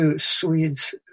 Swedes